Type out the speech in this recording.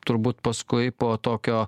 turbūt paskui po tokio